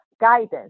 guidance